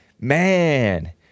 Man